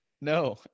No